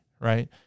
right